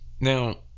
Now